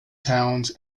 towns